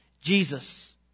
Jesus